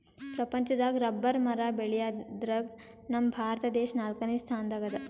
ಪ್ರಪಂಚದಾಗ್ ರಬ್ಬರ್ ಮರ ಬೆಳ್ಯಾದ್ರಗ್ ನಮ್ ಭಾರತ ದೇಶ್ ನಾಲ್ಕನೇ ಸ್ಥಾನ್ ದಾಗ್ ಅದಾ